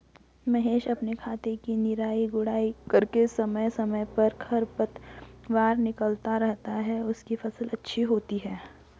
महेश अपने खेत की निराई गुड़ाई करके समय समय पर खरपतवार निकलता रहता है उसकी फसल अच्छी होती है